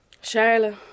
Charlotte